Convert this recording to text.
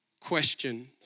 question